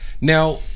Now